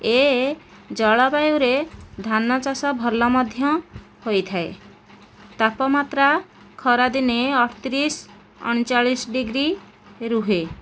ଏ ଜଳ ବାୟୁରେ ଧାନଚାଷ ଭଲ ମଧ୍ୟ ହୋଇଥାଏ ତାପମାତ୍ର ଖରାଦିନେ ଅଠତିରିଶ ଅଣଚାଳିଶ ଡିଗ୍ରୀ ରୁହେ